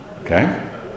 Okay